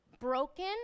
broken